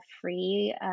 free